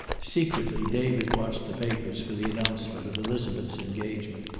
secretly david watched the papers for the announcement of elizabeth's engagement,